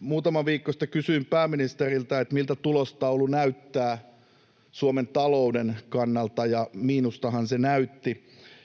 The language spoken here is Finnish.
muutama viikko sitten kysyin pääministeriltä, miltä tulostaulu näyttää Suomen talouden kannalta, ja miinustahan se näytti.